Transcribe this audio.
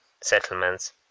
settlements